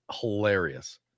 hilarious